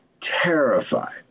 terrified